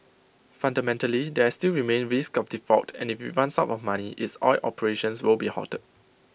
fundamentally there still remains risk of default and if IT runs out of money its oil operations will be halted